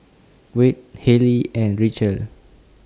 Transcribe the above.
Wade Halley and Richelle